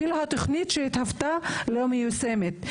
אפילו התוכנית שהתהוותה לא מיושמת.